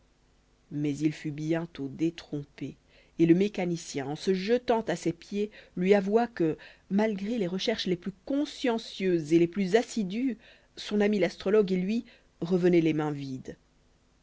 mais il fut bientôt détrompé et le mécanicien en se jetant à ses pieds lui avoua que malgré les recherches les plus consciencieuses et les plus assidues son ami l'astrologue et lui revenaient les mains vides